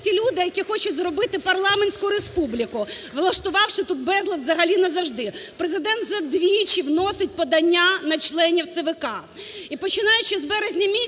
ті люди, які хочуть зробити парламентську республіку, влаштувавши тут безлад взагалі назавжди. Президент вже двічі вносить подання на членів ЦВК.